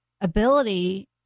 ability